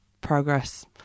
progress